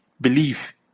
believe